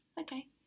okay